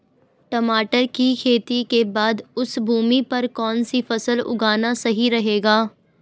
टमाटर की खेती के बाद उस भूमि पर कौन सी फसल उगाना सही रहेगा?